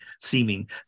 seeming